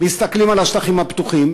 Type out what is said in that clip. מסתכלים על השטחים הפתוחים,